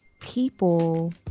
people